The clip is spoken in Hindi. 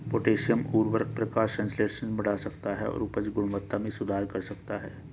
पोटेशियम उवर्रक प्रकाश संश्लेषण बढ़ा सकता है और उपज गुणवत्ता में सुधार कर सकता है